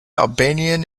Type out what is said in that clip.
albanian